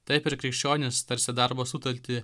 taip ir krikščionis tarsi darbo sutartį